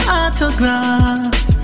autograph